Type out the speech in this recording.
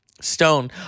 Stone